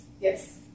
Yes